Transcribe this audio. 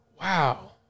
Wow